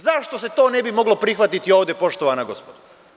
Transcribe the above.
Zašto se to ne bi moglo prihvatiti ovde, poštovana gospodo.